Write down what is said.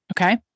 Okay